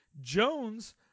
Jones